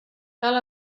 cal